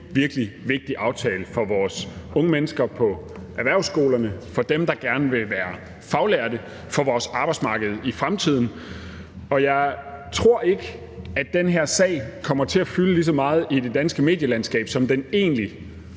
virkelig vigtig aftale for vores unge mennesker på erhvervsskolerne, for dem, der gerne vil være faglærte, og for vores arbejdsmarked i fremtiden. Og jeg tror ikke, at den her sag kommer til at fylde lige så meget i det danske medielandskab, som den egentlig